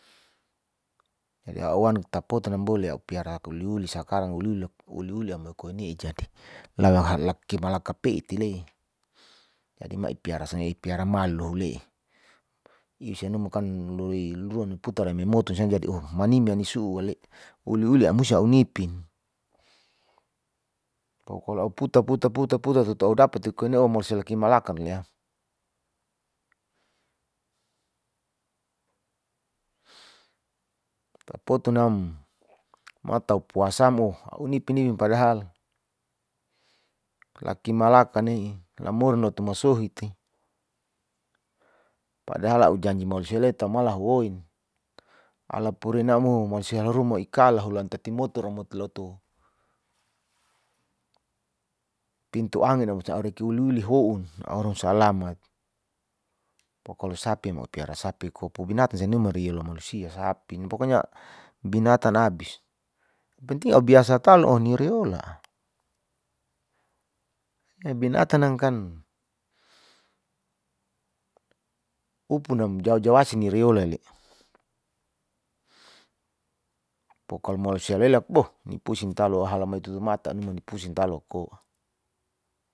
Jadi a'u wan tapoton nambole a'u piara uliuli sakarang uliuli ameko'one jadi laki malaka peti'le jadi mai piara malu hule, isia numu kan loi luan putara memoto sian jadi oh maningan su'u uale, uliuli a'u musi a'u nipin pokolo a'u puta puta puta tutu a'u dapa tu kan oh masele kimalaka milea taponam mata a'u puasamo a'u nipin'i padahal laki malaka ne'i lamorun notu masohi te, padahal a'u janji mau siale tamala hauwoin, ala porena mo mausia la ruama ikala holan tatai motor lotu pintu angin'a a'u reki uliuli ho'un aoran salamat, pokalo sapi mo piara sapi ko binatng sanimari reola manusia pasi pokonya binatan abis, yang penting a'u biasa talo oh ni reola, ya binan nangkan upunam jau jau asin ni reola le, pokalo mansia lelak ni pusing talo ahalamai tutu mata ni pusin talo ko'a.